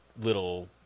little